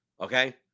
okay